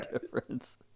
difference